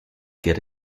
get